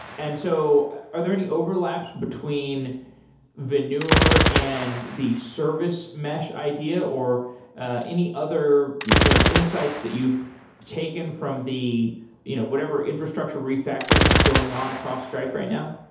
and so are there any overlaps between veneur and the service mesh idea, or ah any other you know insights that you've taken from the you know whatever infrastructure refactoring is going on across stripe right now?